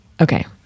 Okay